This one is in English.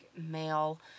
male